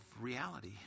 reality